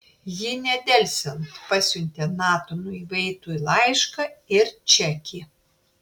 ji nedelsiant pasiuntė natanui veitui laišką ir čekį